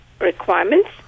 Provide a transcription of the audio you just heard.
requirements